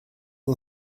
and